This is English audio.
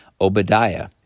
Obadiah